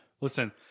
Listen